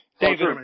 David